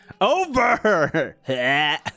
Over